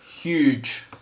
huge